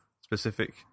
specific